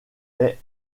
est